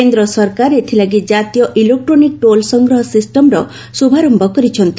କେନ୍ଦ୍ର ସରକାର ଏଥିଲାଗି ଜାତୀୟ ଇଲେକ୍ଟ୍ରୋନିକ୍ ଟୋଲ୍ ସଂଗ୍ରହ ସିଷ୍ଟମର ଶୁଭାରମ୍ଭ କରିଛନ୍ତି